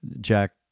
Jack